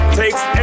takes